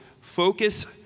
focus